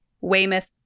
Weymouth